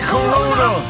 Corona